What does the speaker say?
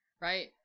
right